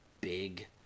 big